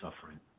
suffering